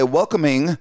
welcoming